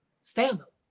stand-up